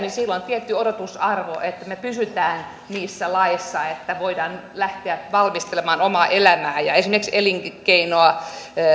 sillä on tietty odotusarvo että me pysymme niissä laeissa että voidaan lähteä valmistelemaan omaa elämää ja esimerkiksi elinkeinoa